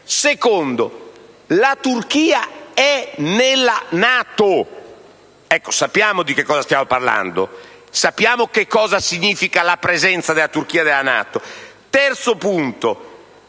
luogo, la Turchia è nella NATO: sappiamo di che cosa stiamo parlando, sappiamo che cosa significa la presenza della Turchia nella NATO. In terzo luogo,